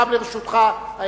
גם לרשותך,